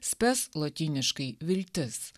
spes lotyniškai viltis